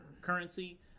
currency